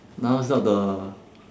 now is not the